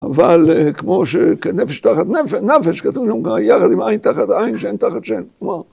אבל כמו שנפש תחת נפש, נפש כתוב שם, יחד עם עין תחת עין, שן תחת שן.